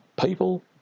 people